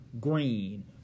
green